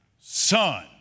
son